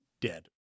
dead